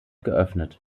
geöffnet